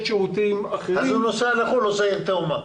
שירותים אחרים --- אז הוא נוסע לחו"ל ועושה הסכם עיר תאומה.